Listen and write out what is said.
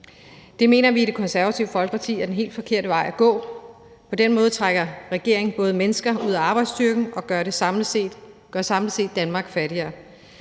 Det mener vi i Det Konservative Folkeparti er den helt forkerte vej at gå. På den måde trækker regeringen både mennesker ud af arbejdsstyrken og gør samlet set Danmark fattigere.